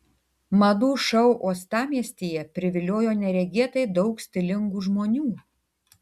madų šou uostamiestyje priviliojo neregėtai daug stilingų žmonių